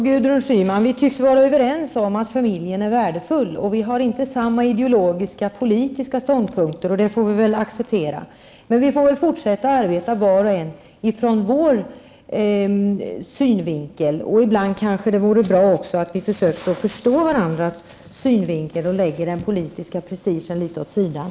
Herr talman! Vi tycks vara överens om att familjen är värdefull. Men vi har inte samma ideologiska och politiska ståndpunkter, och det får vi väl acceptera. Vi får väl var och en fortsätta att arbeta utifrån våra egna synvinklar, och det vore kanske bra om vi ibland försökte förstå varandras synvinklar och lade den politiska prestigen litet åt sidan.